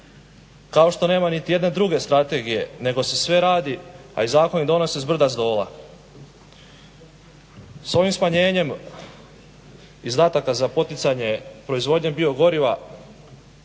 kao što nema niti jedne druge strategije, nego se sve radi, a i zakoni donose s brda, s dola. S ovim smanjenjem izdataka za poticanje proizvodnje biogoriva